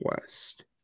west